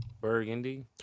burgundy